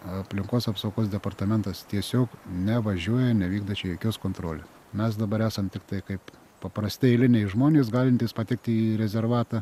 aplinkos apsaugos departamentas tiesiog nevažiuoja nevykdo čia jokios kontrolės mes dabar esam tiktai kaip paprasti eiliniai žmonės galintys patekti į rezervatą